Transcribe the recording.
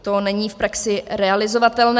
To není v praxi realizovatelné.